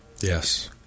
Yes